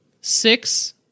six